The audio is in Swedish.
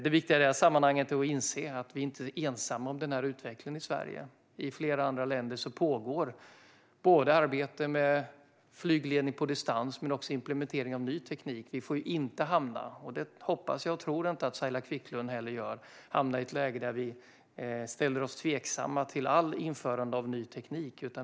Det viktiga i det här sammanhanget är att inse att vi inte är ensamma om den här utvecklingen i Sverige. I flera andra länder pågår både arbete med flygledning på distans och implementering av ny teknik. Vi får inte hamna, och det hoppas jag och tror att inte heller Saila Quicklund gör, i ett läge där vi ställer oss tveksamma till allt införande av ny teknik.